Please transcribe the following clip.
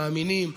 מאמינים,